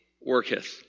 worketh